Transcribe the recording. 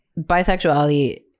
bisexuality